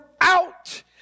out